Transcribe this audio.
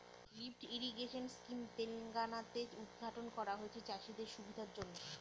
lift irrigation scheme Telangana তে উদ্ঘাটন করা হয়েছে চাষীদের সুবিধার জন্য